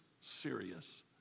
serious